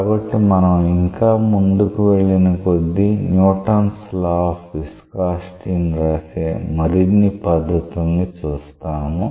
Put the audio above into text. కాబట్టి మన ఇంకా ముందుకు వెళ్ళిన కొద్దీ న్యూటన్స్ లా ఆఫ్ విస్కాసిటీ ని Newton's law of viscosity రాసే మరిన్ని పద్ధతుల్ని చూస్తాము